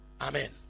Amen